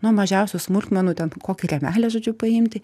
nuo mažiausių smulkmenų ten kokį rėmelį žodžiu paimti